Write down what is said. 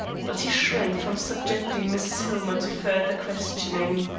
but he shrank from subjecting mrs. hillmer to further questioning.